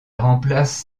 remplace